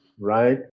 Right